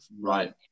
Right